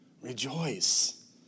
Rejoice